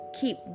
keep